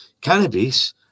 cannabis